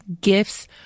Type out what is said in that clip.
gifts